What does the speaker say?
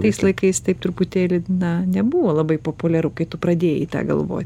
tais laikais taip truputėlį na nebuvo labai populiaru kai tu pradėjai galvoti